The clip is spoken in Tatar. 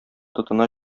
тотына